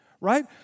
right